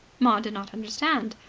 maud did not understand.